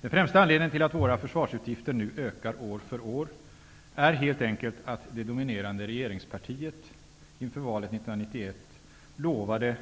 Den främsta anledningen till att våra försvarsutgifter nu ökar år för år är helt enkelt att det dominerande regeringspartiet inför valet 1991 lovade